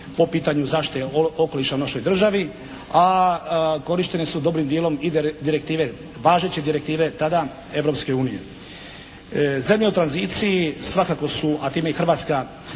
po pitanju zaštite okoliša u našoj državi, a korištene su dobrim dijelom i direktive, važeće direktive tada Europske unije. Zemlje u tranziciji svakako su, a time i Hrvatska